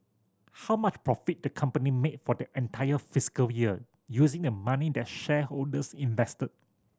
how much profit the company made for the entire fiscal year using the money that shareholders invested